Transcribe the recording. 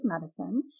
Medicine